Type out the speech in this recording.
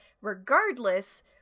regardless